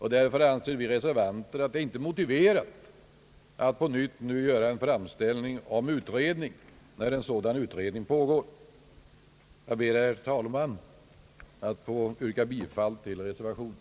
Vi reservanter anser att det icke är motiverat att på nytt göra framställning om en utredning när en sådan redan pågår. Jag ber, herr talman, att få yrka bifall till reservationen.